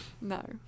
No